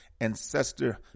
ancestor